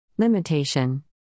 Limitation